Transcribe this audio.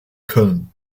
köln